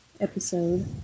episode